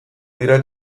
dira